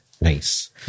Nice